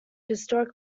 historic